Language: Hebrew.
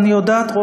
ואני יודעת,